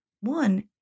One